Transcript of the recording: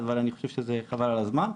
אבל אני חושב שזה חבל על הזמן.